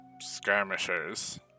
skirmishers